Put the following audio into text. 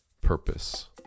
purpose